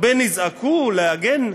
הרבה נזעקו להגן,